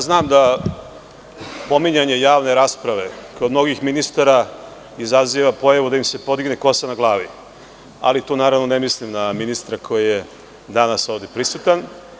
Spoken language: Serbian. Znam da pominjanje javne rasprave kod mnogih ministara izaziva pojavu da im se podigne kosa na glavi, ali tu naravno ne mislim na ministra koji je ovde danas prisutan.